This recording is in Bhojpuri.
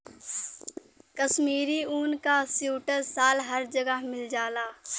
कशमीरी ऊन क सीवटर साल हर जगह मिल जाला